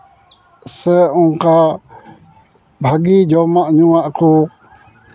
ᱥᱮ ᱚᱱᱠᱟ ᱵᱷᱟᱹᱜᱤ ᱡᱚᱢᱟᱜ ᱧᱩᱣᱟᱜ ᱠᱚ